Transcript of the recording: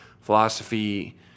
philosophy